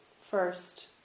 first